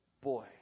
boy